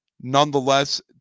Nonetheless